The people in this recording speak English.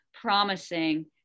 promising